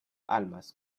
almas